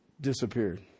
disappeared